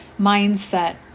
mindset